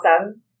awesome